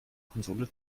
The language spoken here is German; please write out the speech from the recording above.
konsole